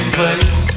place